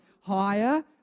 higher